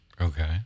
Okay